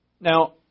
Now